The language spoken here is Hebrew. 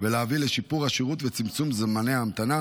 ולהביא לשיפור השירות וצמצום זמני ההמתנה,